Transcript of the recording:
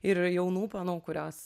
ir jaunų panų kurios